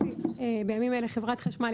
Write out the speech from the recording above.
בימים אלה חברת החשמל,